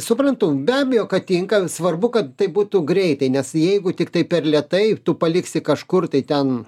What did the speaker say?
suprantu be abejo kad tinka svarbu kad tai būtų greitai nes jeigu tiktai per lėtai tu paliksi kažkur tai ten